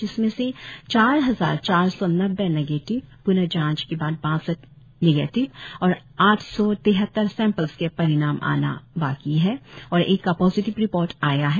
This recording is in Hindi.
जिसमें से चार हजार चार सौ नब्बे निगेटिव प्ण जाँच के बाद बासठ निगेटिव और आठ सौ तिहत्तर सेंपल्स के परिणाम आना बाकी है और एक का पोजिटिव रिपोर्ट आया है